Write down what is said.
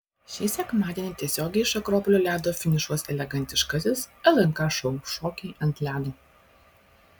šį sekmadienį tiesiogiai iš akropolio ledo finišuos elegantiškasis lnk šou šokiai ant ledo